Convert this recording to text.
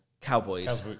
Cowboys